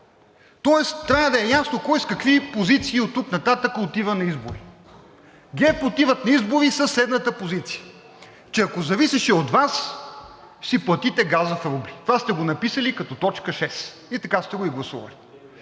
Тоест трябва да е ясно кой с какви позиции оттук нататък отива на избори. ГЕРБ отиват на избори със следната позиция, че ако зависеше от Вас, ще си платите газа в рубли. Това сте го написали като точка 6 и така сте го и гласували.